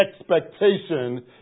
expectation